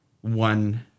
one